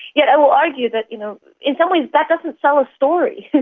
yet and i'll argue that you know in some ways that doesn't sell a story,